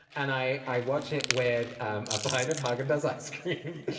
and i i watch it with um a pint of haagen-dazs ice cream,